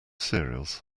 cereals